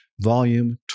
Volume